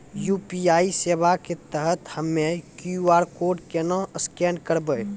UPI सेवा के तहत हम्मय क्यू.आर कोड केना स्कैन करबै?